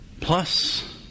plus